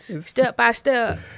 step-by-step